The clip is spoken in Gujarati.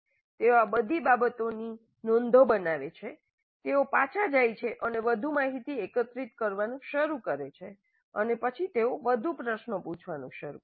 તેઓ આ બધી બાબતોની નોંધો બનાવે છે તેઓ પાછા જાય છે અને વધુ માહિતી એકત્રિત કરવાનું શરૂ કરે છે અને પછી તેઓ વધુ પ્રશ્નો પૂછવાનું શરૂ કરે છે